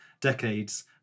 decades